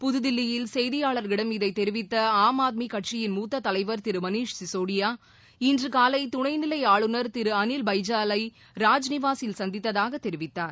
புத்தில்லியில் செய்தியாளர்களிடம் இதைத் தெரிவித்த ஆம் ஆத்மி கட்சியிள் மூத்த தலைவர் திரு மணிஷ் சிசோடியா இன்று காலை துணைநிலை ஆளுநர் திரு அனில் பைஜாலை ராஜ்நிவாசில் சந்தித்ததாக தெரிவித்தார்